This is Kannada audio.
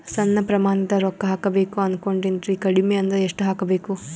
ಸಣ್ಣ ಪ್ರಮಾಣದ ರೊಕ್ಕ ಹಾಕಬೇಕು ಅನಕೊಂಡಿನ್ರಿ ಕಡಿಮಿ ಅಂದ್ರ ಎಷ್ಟ ಹಾಕಬೇಕು?